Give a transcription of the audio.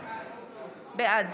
בעד